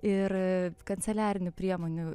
ir kanceliarinių priemonių